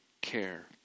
care